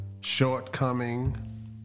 shortcoming